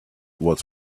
was